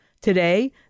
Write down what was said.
Today